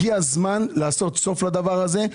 הגיע הזמן לעשות סוף לדבר הזה,